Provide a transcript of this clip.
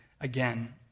again